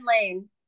Lane